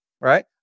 right